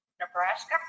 Nebraska